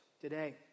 today